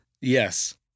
Yes